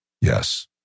Yes